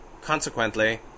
consequently